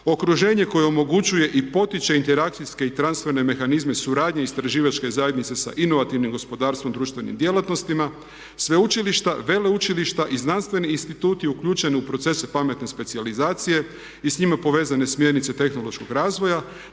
Okruženje koje omogućuje i potiče interakcijske i transferne mehanizme suradnje istraživačke zajednice sa inovativnim gospodarstvom, društvenim djelatnostima, sveučilišta, veleučilišta i znanstveni instituti uključeni u procese pametne specijalizacije i s njime povezane smjernice tehnološkog razvoja,